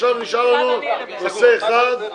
נשאר נושא אחד: